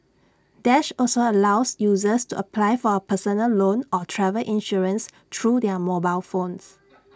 dash also allows users to apply for A personal loan or travel insurance through their mobile phones